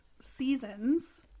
seasons